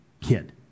kid